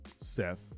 Seth